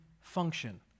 function